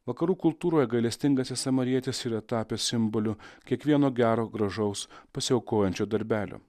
vakarų kultūroje gailestingasis samarietis yra tapęs simboliu kiekvieno gero gražaus pasiaukojančio darbelio